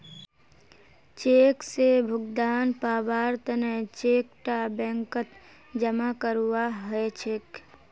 cheque स भुगतान पाबार तने चेक टा बैंकत जमा करवा हछेक